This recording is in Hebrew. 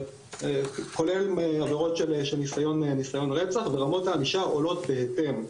אבל כולל עבירות של ניסיון רצח ורמות הענישה עולות בהתאם,